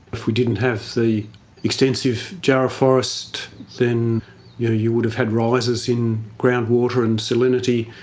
if we didn't have the extensive jarrah forests then you you would have had rises in ground water and salinity,